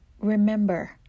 Remember